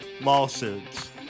lawsuits